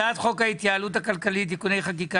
הצעת חוק ההתייעלות הכלכלית (תיקוני חקיקה